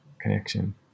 connection